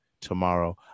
tomorrow